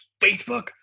Facebook